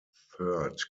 third